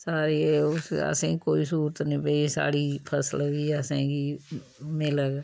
साढ़ी एह् असें ई कोई स्हूलत निं भाई साढ़ी फसल भाई असें गी मिलग